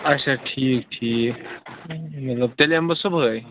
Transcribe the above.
اچھا ٹھیٖک ٹھیٖک مطلب تیٚلہِ یِمہٕ بہٕ صُبحے